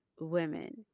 women